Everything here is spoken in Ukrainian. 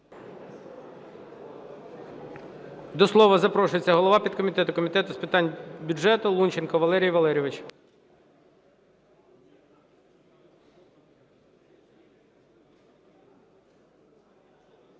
До слова запрошується голова підкомітету Комітету з питань бюджету Лунченко Валерій Валерійович.